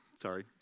Sorry